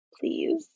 please